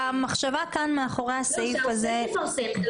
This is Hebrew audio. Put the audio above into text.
המחשבה כאן מאחורי הסעיף הזה --- זאת